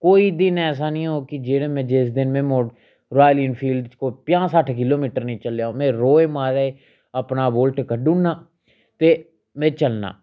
कोई दिन ऐसा नेईं होग कि जेह्ड़े जिस दिन में मोट रायल इनफील्ड पर कोई पंजाह् सट्ठ किलो मीटर नी चलेआ होग में रोज महाराज अपना बुल्ट कड्डु नां ते में चलना